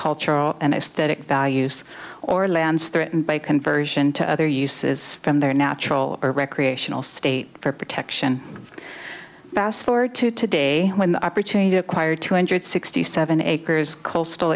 cultural and it's that it values or lands threatened by conversion to other uses from their natural or recreational state for protection fast forward to today when the opportunity to acquire two hundred sixty seven acres coastal